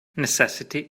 necessity